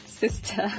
sister